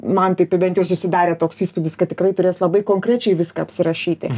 man tai bent susidarė toks įspūdis kad tikrai turės labai konkrečiai viską apsirašyti